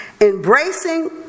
Embracing